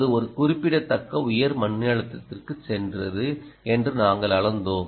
அது ஒரு குறிப்பிடத்தக்க உயர் மின்னழுத்தத்திற்கு சென்றது என்று நாங்கள் அளந்தோம்